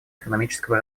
экономического